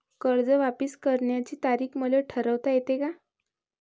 कर्ज वापिस करण्याची तारीख मले ठरवता येते का?